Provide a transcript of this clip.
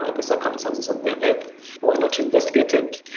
ah the circumstances of their death were not investigated.